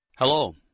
Hello